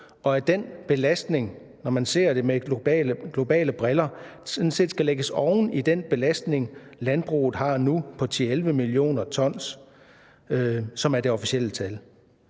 og at den belastning, når man ser det med globale briller, sådan set skal lægges oven i den belastning, landbruget har nu på 10-11 mio. t, som er det officielle tal.